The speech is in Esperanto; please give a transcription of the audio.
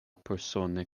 persone